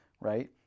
right